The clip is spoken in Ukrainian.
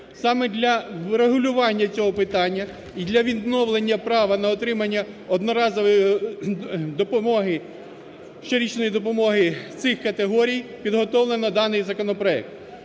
Саме для врегулювання цього питання і для відновлення права на отримання одноразової допомоги, щорічної допомоги цих категорій підготовлено даний законопроект.